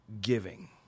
giving